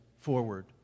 forward